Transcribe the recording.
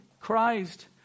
Christ